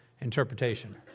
interpretation